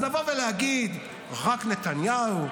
אז לבוא ולהגיד רק נתניהו,